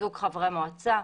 חיזוק חברי מועצה,